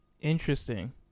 Interesting